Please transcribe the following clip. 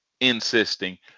insisting